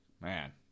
Man